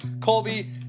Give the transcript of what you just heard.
Colby